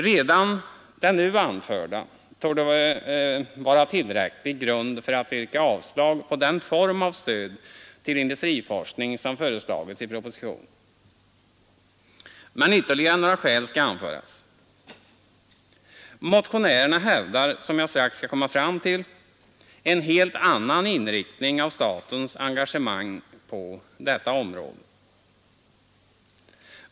Redan det nu anförda torde vara tillräcklig grund för att yrka avslag på den form av stöd till industriforskning som föreslagits i propositionen, men ytterligare några skäl skall anföras. Motionärerna hävdar, som jag strax skall komma fram till, en helt annan inriktning av statens engagemang på detta område.